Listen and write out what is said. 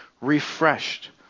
refreshed